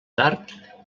tard